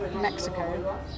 Mexico